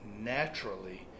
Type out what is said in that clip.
naturally